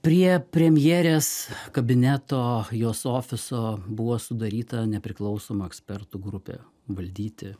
prie premjerės kabineto jos ofiso buvo sudaryta nepriklausomų ekspertų grupė valdyti